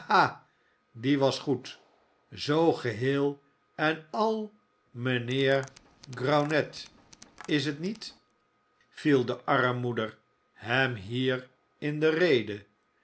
die was goed zoo geheel en al mijnheer graunett is t niet viel de armmoeder hem hierin de rede